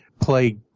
play